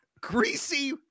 greasy